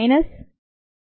3 2